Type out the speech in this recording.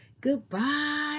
Goodbye